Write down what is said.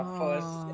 first